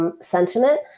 sentiment